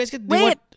Wait